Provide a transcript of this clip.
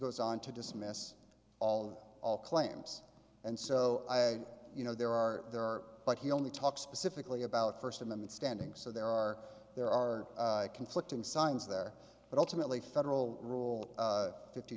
goes on to dismiss all of all claims and so you know there are there are but he only talks specifically about first amendment standing so there are there are conflicting signs there but ultimately federal rule fifty